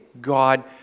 God